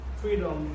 freedom